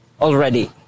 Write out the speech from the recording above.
already